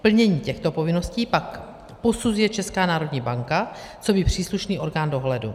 Plnění těchto povinností pak posuzuje Česká národní banka coby příslušný orgán dohledu.